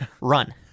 run